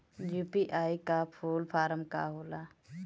UPI का full form का होला?